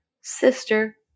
sister